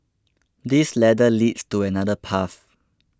this ladder leads to another path